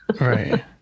Right